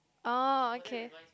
oh okay